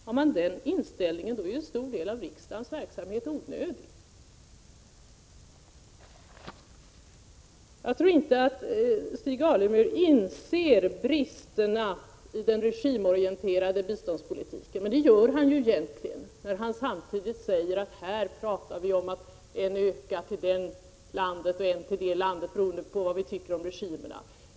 Har man den inställningen är ju en stor del av riksdagens verksamhet onödig. Jag tror inte att Stig Alemyr inser bristerna i den regimorienterade biståndspolitiken. Men egentligen gör han det när han ändå säger att vi här talar om en ökning av biståndet till det eller det landet beroende på vad vi tycker om regimen.